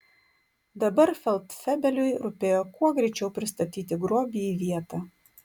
dabar feldfebeliui rūpėjo kuo greičiau pristatyti grobį į vietą